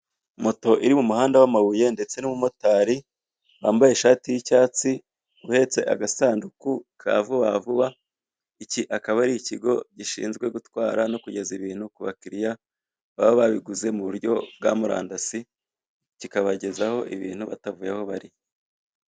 Moto iri mu muhanda w'amabuye ndetse n'umumotari wambaye ishati y'icyatsi uhetse agasanduku ka vubavuba iki akaba ari ikigo gishinzwe gutwara no kugeza ibintu kubakiriya babababiguze mu buryo bwa murandasi kikabagezaho ibintu batavuye aho bari.